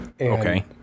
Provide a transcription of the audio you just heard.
Okay